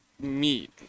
meat